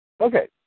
okay